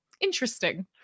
Interesting